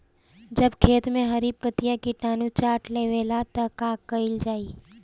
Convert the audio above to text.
जब खेत मे हरी पतीया किटानु चाट लेवेला तऽ का कईल जाई?